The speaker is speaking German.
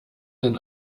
denn